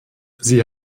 sie